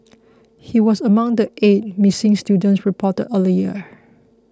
he was among the eight missing students reported earlier